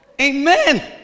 Amen